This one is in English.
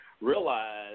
realize